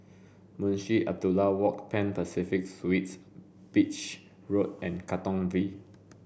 Munshi Abdullah Walk Pan Pacific Suites Beach Road and Katong V